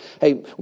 hey